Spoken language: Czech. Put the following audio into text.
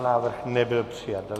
Návrh nebyl přijat.